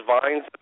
vines